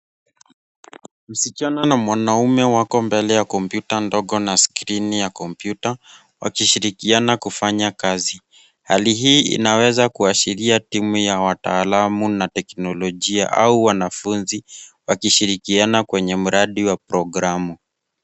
Msichana na mwanaume wako mbele ya kompyuta ndogo na skrini ya kompyuta wakishirikiana kufanya kazi. Hali hii inaweza kuashiria timu ya wataalamu na teknolojia aua wanafunzi wakishirikiana kwenye mradi wa programu.